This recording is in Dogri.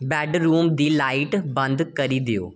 बैड्डरूम दी लाइट बंद करी देओ